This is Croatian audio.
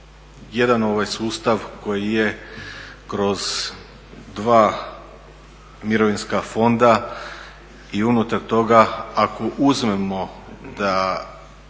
jedan sustav koji je kroz dva mirovinska fonda i unutar toga ako uzmemo da